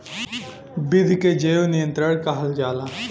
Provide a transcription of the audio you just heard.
विधि के जैव नियंत्रण कहल जाला